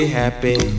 happy